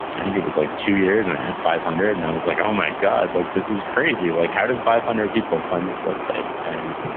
i think it was like two years and i had five hundred, and i was like, oh my god, like this is crazy. like how did five hundred people find this website? and,